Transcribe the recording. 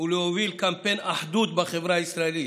ולהוביל קמפיין אחדות בחברה הישראלית,